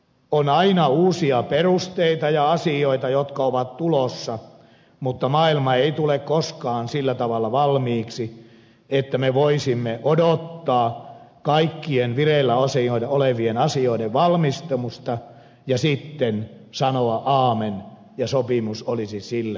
on aina uusia perusteita ja asioita jotka ovat tulossa mutta maailma ei tule koskaan sillä tavalla valmiiksi että me odottaisimme kaikkien vireillä olevien asioiden valmistumista ja sitten sanoisimme amen ja sopimus olisi sillä hyväksytty